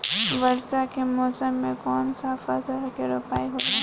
वर्षा के मौसम में कौन सा फसल के रोपाई होला?